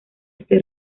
este